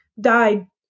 died